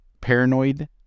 paranoid